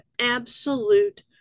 absolute